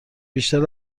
بیشتر